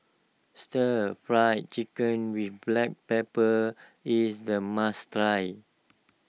Stir Fry Chicken with Black Pepper is a must try